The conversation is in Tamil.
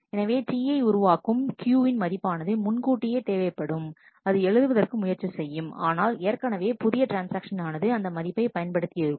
எனவே Ti உருவாக்கும் Q வின் மதிப்பானது முன்கூட்டியே தேவைப்படும் அது எழுதுவதற்கு முயற்சி செய்யும் ஆனால் ஏற்கனவே புதிய ட்ரான்ஸ்ஆக்ஷன் ஆனது அந்த மதிப்பை பயன்படுத்தி இருக்கும்